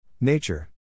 Nature